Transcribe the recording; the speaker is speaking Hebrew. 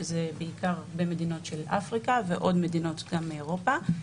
שזה בעיקר הרבה מדינות של אפריקה ועוד מדינות גם מאירופה.